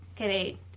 okay